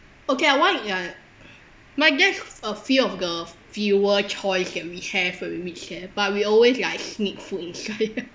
okay that [one] is like that's a fear of the fewer choice that we have when we reach there but we always like sneak food inside